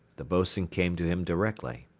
the boatswain came to him directly.